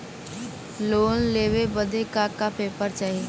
Loan लेवे बदे का का पेपर चाही?